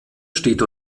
steht